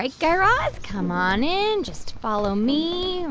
like guy raz, come on in. just follow me.